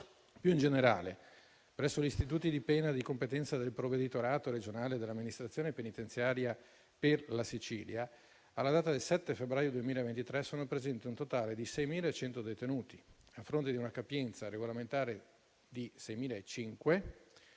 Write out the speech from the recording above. Più in generale, presso gli istituti di pena di competenza del provveditorato regionale dell'amministrazione penitenziaria per la Sicilia, alla data del 7 febbraio 2023, erano presenti un totale di 6.100 detenuti a fronte di una capienza regolamentare di 6.500,